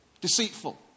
deceitful